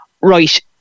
right